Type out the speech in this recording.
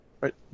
Right